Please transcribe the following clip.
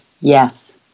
Yes